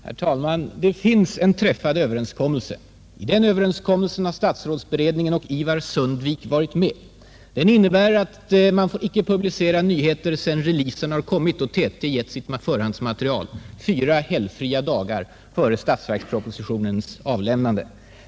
Herr talman! Det finns en träffad överenskommelse. I den har statsrådsberedningen och Ivar Sundvik varit med. Den innebär att man inte får publicera en nyhet sedan releasen har kommit och TT givit sitt förhandsmaterial, fyra helgfria dagar före statsverkspropositionens avlämnande.